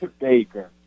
baker